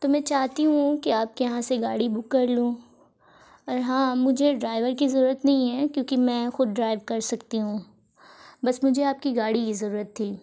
تو میں چاہتی ہوں کہ آپ کے یہاں سے گاڑی بک کر لوں اور ہاں مجھے ڈرائیور کی ضرورت نہیں ہے کیونکہ میں خود ڈرائیو کر سکتی ہوں بس مجھے آپ کی گاڑی کی ضرورت تھی